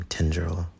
Tendril